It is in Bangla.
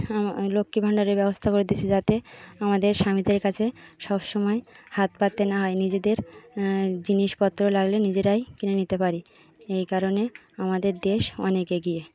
লক্ষ্মী ভাণ্ডারের ব্যবস্থা করে দিয়েছে যাতে আমাদের স্বামীদের কাছে সব সময় হাত পাততে না হয় নিজেদের জিনিসপত্র লাগলে নিজেরাই কিনে নিতে পারি এই কারণে আমাদের দেশ অনেকে এগিয়ে